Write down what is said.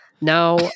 Now